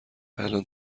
الان